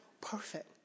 perfect